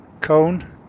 cone